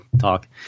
talk